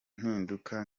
mpinduka